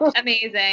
amazing